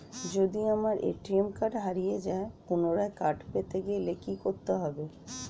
যদি আমার ATM card হারিয়ে যায় পুনরায় কার্ড পেতে গেলে কি করতে হবে?